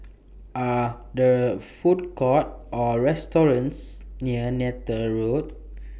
Are There Food Courts Or restaurants near Neythal Road